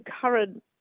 current